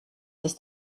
ist